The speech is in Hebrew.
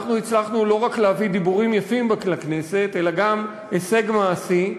אנחנו הצלחנו לא רק להביא דיבורים יפים לכנסת אלא גם הישג מעשי.